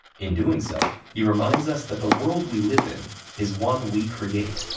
in doing so, he reminds us that the world we live in is one we create,